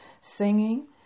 singing